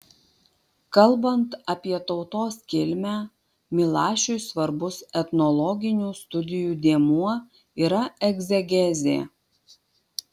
kalbant apie tautos kilmę milašiui svarbus etnologinių studijų dėmuo yra egzegezė